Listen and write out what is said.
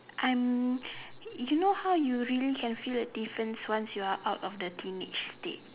I'm you know how you really can feel the difference once you are out of the teenage state